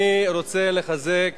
אני רוצה לחזק